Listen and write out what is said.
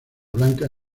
blanca